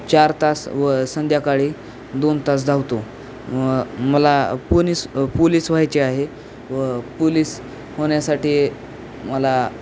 चार तास व संध्याकाळी दोन तास धावतो व मला पोनीस पोलीस व्हायचे आहे व पोलीस होण्यासाठी मला